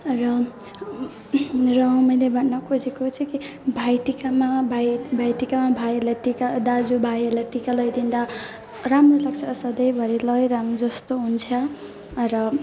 र र मैले भन्न खोजेको चाहिँ के भाइटिकामा भाइ भाइटिकामा भाइहरूलाई टिका दाजुभाइहरूलाई टिका लगाइदिँदा राम्रो लाग्छ सधैँभरि लगाइरहूँ जस्तो हुन्छ र